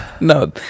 No